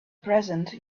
present